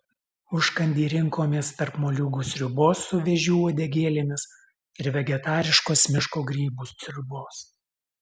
užkandį rinkomės tarp moliūgų sriubos su vėžių uodegėlėmis ir vegetariškos miško grybų sriubos